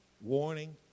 warning